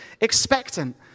expectant